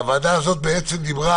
הוועדה הזאת בעצם דיברה